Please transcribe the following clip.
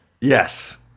Yes